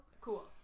Cool